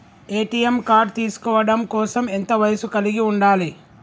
ATM card తీసుకోవడం కోసం ఎంత వయస్సు కలిగి ఉండాలి?